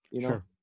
Sure